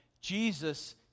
Jesus